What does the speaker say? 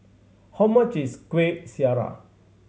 how much is Kuih Syara